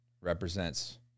represents